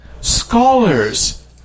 Scholars